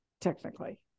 technically